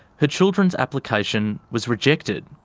her children's application was rejected.